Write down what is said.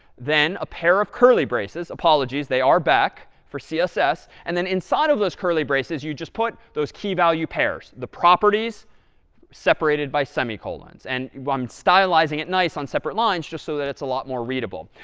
then a pair of curly braces apologies, they are back for css and then inside of those curly braces, you just put those key value pairs, the properties separated by semicolons. and i'm stylizing it nice on separate lines just so that it's a lot more readable.